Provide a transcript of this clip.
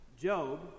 Job